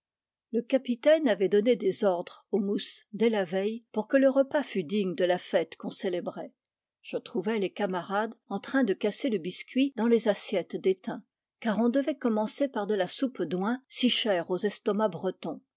le capitaine avait donné des ordres au mousse dès la veille pour que le repas fût digne de la fête qu'on célébrait je trouvai les camarades en train de casser le biscuit dans les assiettes d'étain car on devait commencer par de la soupe d'oing si chère aux estomacs bretons